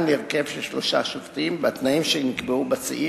להרכב של שלושה שופטים בתנאים שנקבעו בסעיף,